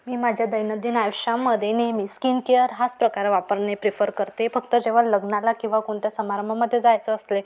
मी माझ्या दैनंदिन आयुष्यामध्ये नेहमी स्किनकेअर हाच प्रकार वापरणे प्रिफर करते फक्त जेव्हा लग्नाला किंवा कोणत्या समारंभामध्ये जायचं असले